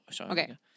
Okay